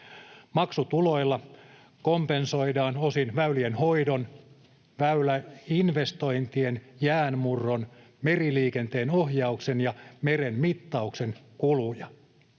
Maksutuloilla kompensoidaan osin väylienhoidon, väyläinvestointien, jäänmurron, meriliikenteen ohjauksen ja merenmittauksen kuluja.